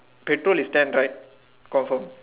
petrol is ten right confirm